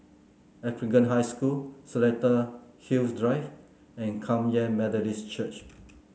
Anglican High School Seletar Hills Drive and Kum Yan Methodist Church